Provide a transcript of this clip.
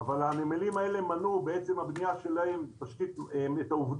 הנמלים האלה מנעו בעצם הבנייה שלהם את העובדה